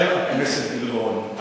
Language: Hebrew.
חבר הכנסת גילאון,